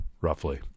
roughly